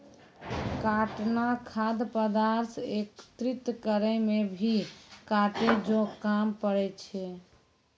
काटना खाद्य पदार्थ एकत्रित करै मे भी काटै जो काम पड़ै छै